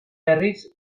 berriz